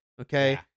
Okay